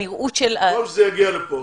הנראוּת של --- במקום שזה יגיע לפה,